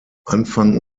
anfang